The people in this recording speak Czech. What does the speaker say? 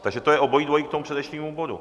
Takže to je obojí dvojí k tomu předešlému bodu.